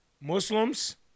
Muslims